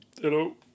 Hello